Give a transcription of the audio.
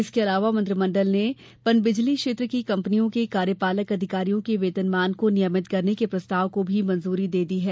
इसके अलावा मंत्रिमंडल ने पनबिजली क्षेत्र की कंपनियों के कार्यपालक अधिकारियों के वेतनमान को नियमित करने के प्रस्ताव को भी मंजूरी दे दी है